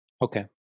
Okay